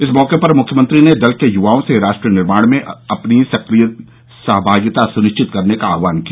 इस मौके पर मुख्यमंत्री ने दल के युवाओं से राष्ट्र निर्माण में अपनी सक्रियता एवं सहभागिता सुनिश्चित करने का आह्वान किया